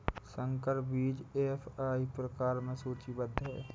संकर बीज एफ.आई प्रकार में सूचीबद्ध है